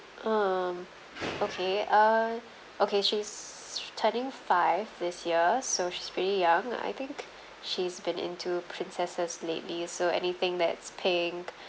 um okay uh okay she's turning five this year so she's pretty young I think she's been into princesses lately so anything that's pink